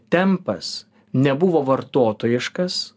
tempas nebuvo vartotojiškas